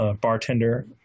bartender